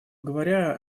говоря